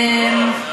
לא,